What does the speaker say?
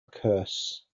curse